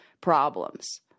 problems